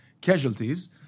casualties